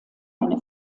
eine